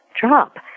drop